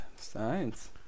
science